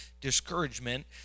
discouragement